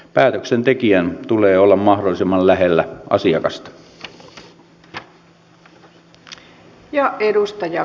päätöksentekijän tulee olla mahdollisimman lähellä asiakasta